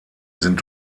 sind